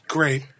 Great